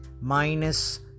minus